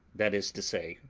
that is to say,